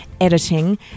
editing